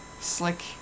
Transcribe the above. slick